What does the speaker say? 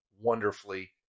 wonderfully